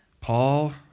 Paul